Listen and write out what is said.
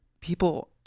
people